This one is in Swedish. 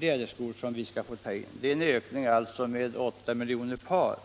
läderskor, och så många skall vi få ta in. Det är alltså en ökning med 1 miljon par i förhållande till 1973 och 1974.